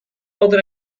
other